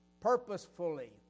purposefully